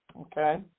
Okay